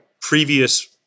previous